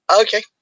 okay